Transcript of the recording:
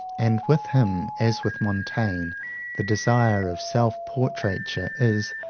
and with him, as with montaigne the desire of self-portraiture is,